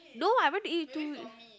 no I went to eat two